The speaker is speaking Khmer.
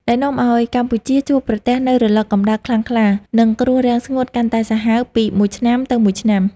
ដែលនាំឱ្យកម្ពុជាជួបប្រទះនូវរលកកម្ដៅខ្លាំងក្លា និងគ្រោះរាំងស្ងួតកាន់តែសាហាវពីមួយឆ្នាំទៅមួយឆ្នាំ។